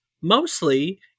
mostly